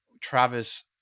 travis